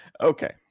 okay